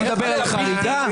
אתה מדבר על חריגה?